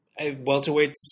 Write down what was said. welterweights